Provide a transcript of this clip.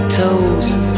toast